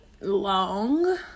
long